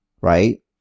right